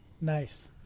nice